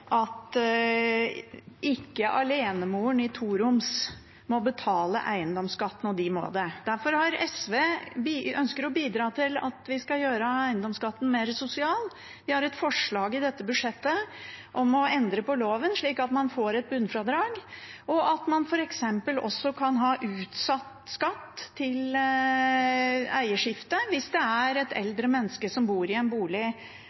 at ikke alenemoren i en toroms leilighet må betale eiendomsskatt når de må det. Derfor ønsker SV å bidra til å gjøre eiendomsskatten mer sosial. Vi har et forslag i dette budsjettet om å endre loven slik at man får et bunnfradrag, og at man f.eks. kan få utsatt skatt til eierskifte, hvis det er et eldre menneske som bor i en bolig